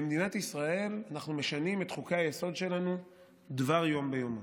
במדינת ישראל אנחנו משנים את חוקי-היסוד שלנו דבר יום ביומו.